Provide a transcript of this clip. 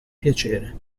piacere